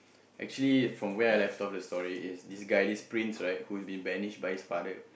actually from where I left off the story is this guy this prince right who've been banished by his father